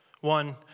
One